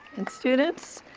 and students.